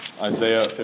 Isaiah